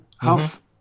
Half